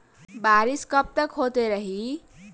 बरिस कबतक होते रही?